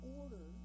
order